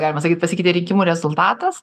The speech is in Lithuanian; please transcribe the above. galima sakyt pasikeitė rinkimų rezultatas